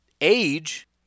age